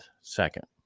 second